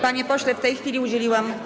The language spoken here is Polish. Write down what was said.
Panie pośle, w tej chwili udzieliłam.